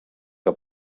que